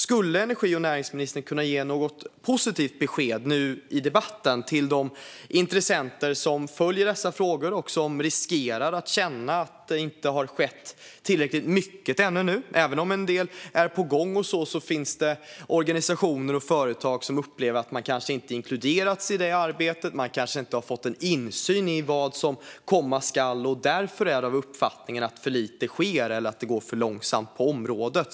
Skulle energi och näringsministern ändå kunna ge något positivt besked nu i debatten till de intressenter som följer dessa frågor och som riskerar att känna att det inte har skett tillräckligt mycket ännu? Även om en del är på gång finns det organisationer och företag som upplever att de inte har inkluderats i detta arbete. Kanske har de inte fått insyn i vad som komma skall och är därför av uppfattningen att det sker för lite eller att det går för långsamt på området.